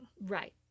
Right